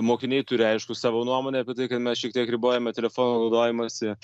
mokiniai turi aiškų savo nuomonę apie tai kad mes šiek tiek ribojame telefonų naudojamąsi